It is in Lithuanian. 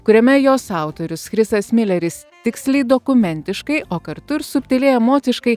kuriame jos autorius chrisas mileris tiksliai dokumentiškai o kartu ir subtiliai emociškai